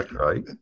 right